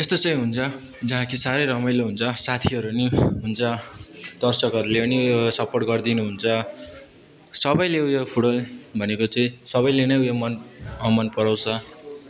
यस्तो चाहिँ हुन्छ जहाँ कि साह्रै रमाइलो हुन्छ साथीहरू पनि हुन्छ दर्शकहरूले पनि उयो सपोर्ट गरिदिनु हुन्छ सबैले उयो फुटबल भनेको चाहिँ सबैले नै उयो मन मनपराउँछ